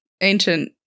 ancient